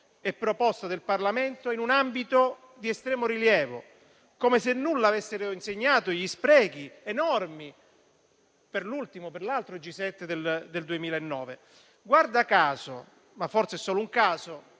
proposta del Parlamento, e ciò in un ambito di estremo rilievo, come se nulla avessero insegnato gli sprechi enormi per il G7 del 2009. Guarda caso - forse è solo un caso,